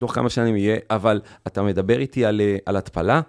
תוך כמה שנים יהיה, אבל אתה מדבר איתי על התפלה?